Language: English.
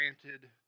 granted